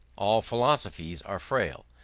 all philosophies are frail,